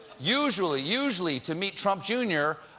usually, usually, to meet trump jr,